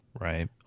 Right